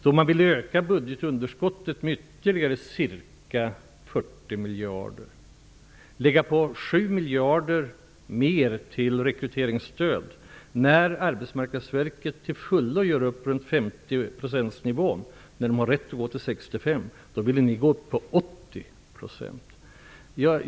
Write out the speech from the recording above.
Då man ville öka budgetunderskottet med ytterligare ca 40 miljarder, lägga på 7 miljarder mer till rekryteringsstöd, när Arbetsmarknadsverket till fullo gör upp runt 50-procentsnivån, fast de har rätt att gå till 65 %, då ville ni gå upp till 80 %.